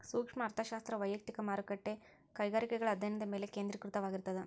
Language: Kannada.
ಸೂಕ್ಷ್ಮ ಅರ್ಥಶಾಸ್ತ್ರ ವಯಕ್ತಿಕ ಮಾರುಕಟ್ಟೆ ಕೈಗಾರಿಕೆಗಳ ಅಧ್ಯಾಯನದ ಮೇಲೆ ಕೇಂದ್ರೇಕೃತವಾಗಿರ್ತದ